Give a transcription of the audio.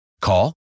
Call